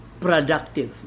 productive